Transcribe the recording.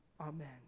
Amen